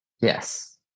Yes